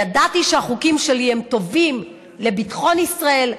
ידעתי שהחוקים שלי הם טובים לביטחון ישראל,